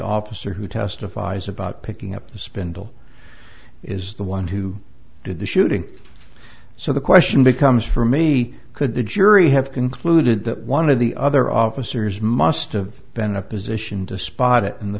officer who testifies about picking up the spindle is the one who did the shooting so the question becomes for me could the jury have concluded that one of the other officers must of been a position to spot it and the